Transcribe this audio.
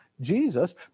jesus